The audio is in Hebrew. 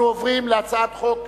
אנחנו עוברים להצעת חוק